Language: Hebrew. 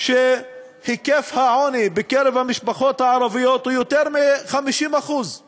שהיקף העוני בקרב המשפחות הערביות הוא יותר מ-50%;